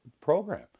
program